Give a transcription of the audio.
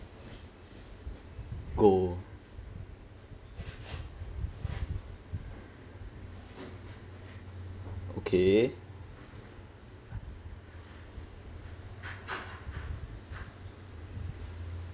goal okay